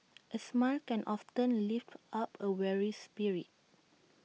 A smile can often lift up A weary spirit